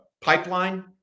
Pipeline